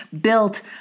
built